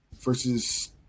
versus